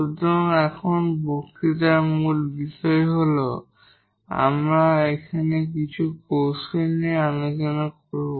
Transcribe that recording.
সুতরাং এখানে এই বক্তৃতার মূল বিষয় হল আমরা এখানে কিছু কৌশল নিয়ে আলোচনা করব